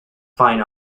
fine